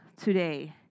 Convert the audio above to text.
today